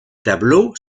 tableaux